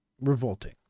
revolting